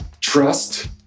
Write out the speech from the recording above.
Trust